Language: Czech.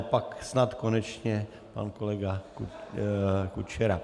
Pak snad konečně pan kolega Kučera.